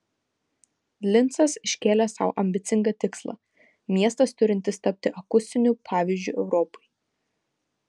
lincas iškėlė sau ambicingą tikslą miestas turintis tapti akustiniu pavyzdžiu europai